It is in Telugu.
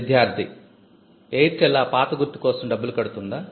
విద్యార్ధి AIRTEL ఆ పాత గుర్తు కోసం డబ్బులు కడుతుందా